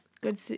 good